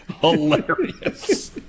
hilarious